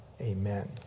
Amen